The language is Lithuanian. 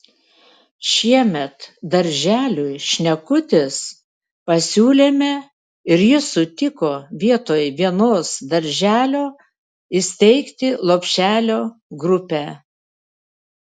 šiemet darželiui šnekutis pasiūlėme ir jis sutiko vietoj vienos darželio įsteigti lopšelio grupę